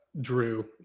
Drew